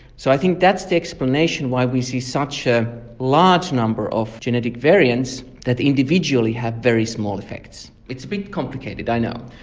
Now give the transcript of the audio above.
so i think that's the explanation why we see such a large number of genetic variants that individually have very small effects. it's a bit complicated i know.